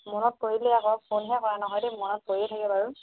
মনত পৰিলে আকৌ ফোনহে কৰা নহয় দেই মনত পৰিয়ে থাকে বাৰু